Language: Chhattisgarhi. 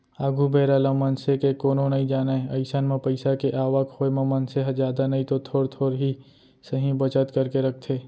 आघु बेरा ल मनसे के कोनो नइ जानय अइसन म पइसा के आवक होय म मनसे ह जादा नइतो थोर थोर ही सही बचत करके रखथे